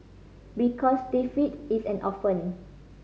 because defeat is an orphan